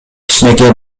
кичинекей